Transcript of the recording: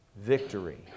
victory